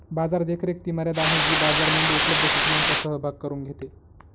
बाजार देखरेख ती मर्यादा आहे जी बाजार मूल्ये उपलब्ध सूचनांचा सहभाग करून घेते